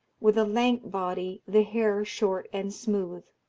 with a lank body, the hair short and smooth.